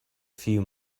few